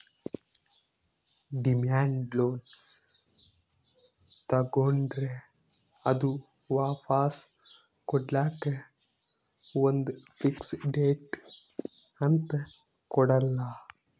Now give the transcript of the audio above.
demand loan ತಗೋಂಡ್ರ್ ಅದು ವಾಪಾಸ್ ಕೊಡ್ಲಕ್ಕ್ ಒಂದ್ ಫಿಕ್ಸ್ ಡೇಟ್ ಅಂತ್ ಕೊಡಲ್ಲ